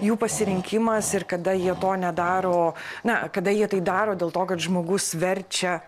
jų pasirinkimas ir kada jie to nedaro na kada jie tai daro dėl to kad žmogus verčia